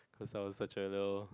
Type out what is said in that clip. because I was such a little